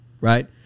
Right